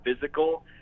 physical